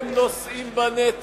בטח,